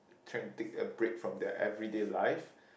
trying to take a break from their everyday life